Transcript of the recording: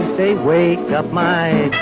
they wake up my.